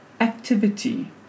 activity